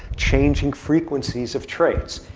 changing frequencies of traits.